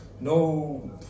no